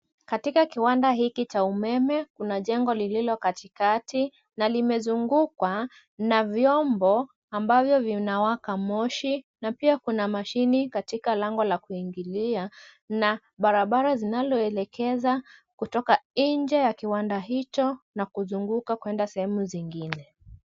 Katika kiwanda hiki cha umeme kuna jengo lililo katikati na limezungukwa na vyombo ambavyo vinawaka moshi na pia kuna mashine katika lango la kuingilia na barabara zinazoelekeza kutoka nje ya kiwanda hicho na kuzunguka kuenda sehemu zingine.